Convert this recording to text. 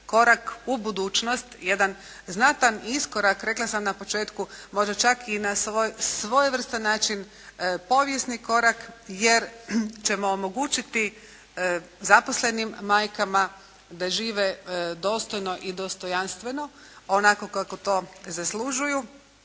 korak u budućnost, jedan znatan iskorak rekla sam na početku možda čak i na svojevrstan način povijesni korak jer ćemo omogućiti zaposlenim majkama da žive dostojno i dostojanstveno. Onako kako to zaslužuju